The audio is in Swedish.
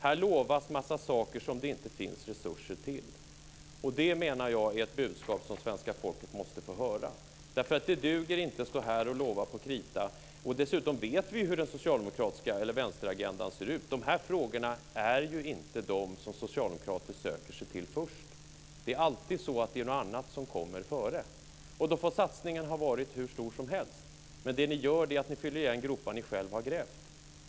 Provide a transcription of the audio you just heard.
Här lovas massa saker som det inte finns resurser till. Det, menar jag, är ett budskap som svenska folket måste få höra. Det duger inte att lova på krita. Dessutom vet vi hur den socialdemokratiska agendan ser ut. Dessa frågor är inte de frågor som socialdemokrater söker sig till först. Det är alltid något annat som kommer före. Satsningen får ha varit hur stor som helst, men det ni gör är att ni fyller igen gropar ni själva har grävt.